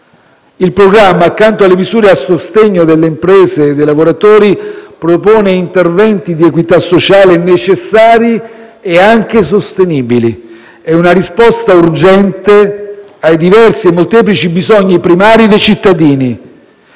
Il programma, accanto alle misure a sostegno delle imprese e dei lavoratori, propone interventi di equità sociale necessari e anche sostenibili. È una risposta urgente ai diversi e molteplici bisogni primari dei cittadini.